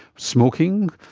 smoking,